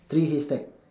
three haystack